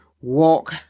walk